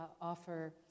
offer